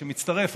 שמצטרף,